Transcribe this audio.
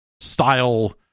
style